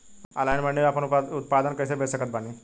Online मंडी मे आपन उत्पादन कैसे बेच सकत बानी?